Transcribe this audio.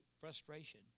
frustration